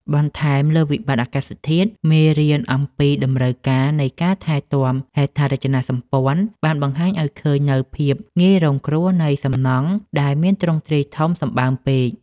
បន្ថែមលើវិបត្តិអាកាសធាតុ មេរៀនអំពីតម្រូវការនៃការថែទាំហេដ្ឋារចនាសម្ព័ន្ធ បានបង្ហាញឱ្យឃើញនូវភាពងាយរងគ្រោះនៃសំណង់ដែលមានទ្រង់ទ្រាយធំសម្បើមពេក។